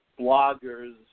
bloggers